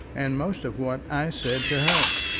and most of what i said to her.